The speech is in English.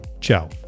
Ciao